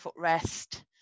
footrest